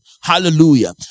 Hallelujah